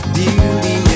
beauty